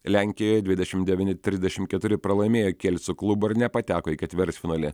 lenkijoj dvidešimt devyni trisdešimt keturi pralaimėjo kielsio klubui ir nepateko į ketvirtfinalį